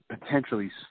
potentially